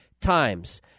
times